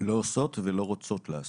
לא עושות ולא רוצות לעשות,